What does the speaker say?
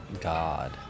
God